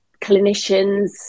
clinicians